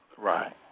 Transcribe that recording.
Right